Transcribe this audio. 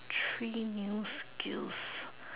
three new skills